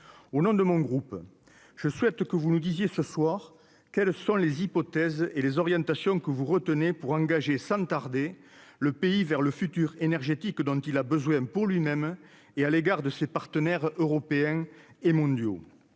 au nom de mon groupe, je souhaite que vous nous disiez ce soir, quelles sont les hypothèses et les orientations que vous retenez pour engager sans tarder le pays vers le futur énergétique dont il a besoin pour lui-même et à l'égard de ses partenaires européens et mondiaux,